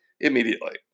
immediately